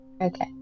Okay